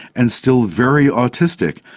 and still very autistic.